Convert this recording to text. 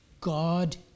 God